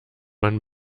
man